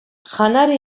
janari